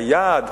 היעד,